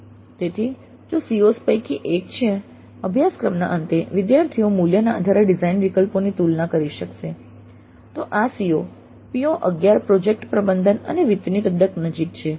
તેથી જો COs પૈકી એક છે અભ્યાસક્રમના અંતે વિદ્યાર્થીઓ મૂલ્યના આધારે ડિઝાઇન વિકલ્પોની તુલના કરી શકશે તો આ CO PO11 પ્રોજેક્ટ પ્રબંધન અને વિત્તની તદ્દન નજીક છે